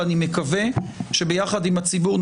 ואני מקווה שביחד עם הציבור,